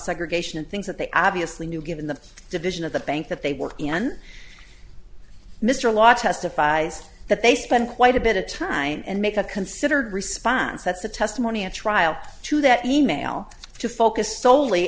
segregation and things that they obviously knew given the division of the bank that they were in mr lott testifies that they spend quite a bit of time and make a considered response that's a testimony at trial to that e mail to focus